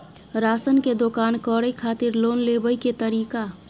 Ration के दुकान करै खातिर लोन लेबै के तरीका?